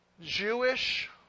Jewish